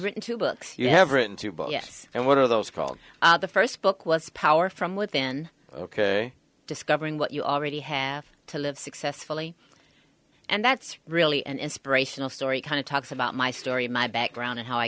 written two books you have written two books yes and one of those called the first book was power from within ok discovering what you already have to live successfully and that's really an inspirational story kind of talks about my story my background and how i